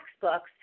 textbooks